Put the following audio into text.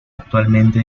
actualmente